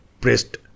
pressed